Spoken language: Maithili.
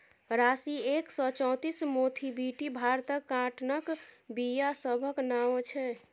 राशी एक सय चौंतीस, मोथीबीटी भारतक काँटनक बीया सभक नाओ छै